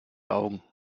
augen